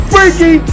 Freaky